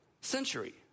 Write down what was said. century